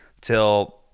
till